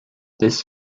this